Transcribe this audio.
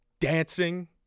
dancing